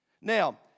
Now